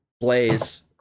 Blaze